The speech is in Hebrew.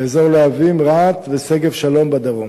באזור להבים, רהט ושגב-שלום בדרום.